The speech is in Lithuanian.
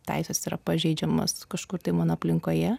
teisės yra pažeidžiamos kažkur tai mano aplinkoje